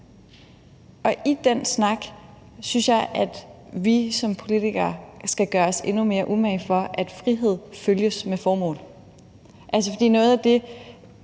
I den snak synes jeg, at vi som politikere skal gøre os endnu mere umage for, at frihed følges med formål. For noget af det,